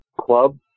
club